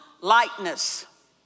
lightness